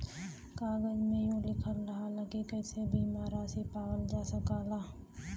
कागज में यहू लिखल रहला की कइसे बीमा रासी पावल जा सकला